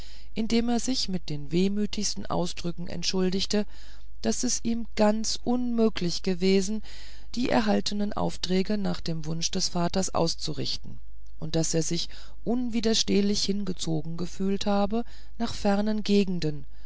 dem er sich mit den wehmütigsten ausdrücken entschuldigte daß es ihm ganz unmöglich gewesen die erhaltenen aufträge nach dem wunsche des vaters auszurichten und daß er sich unwiderstehlich hingezogen gefühlt habe nach fernen gegenden